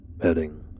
heading